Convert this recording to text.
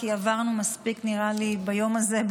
כי נראה לי שעברנו מספיק ביום הזה,